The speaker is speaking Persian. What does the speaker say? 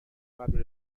قبل